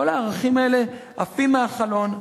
כל הערכים האלה עפים מהחלון.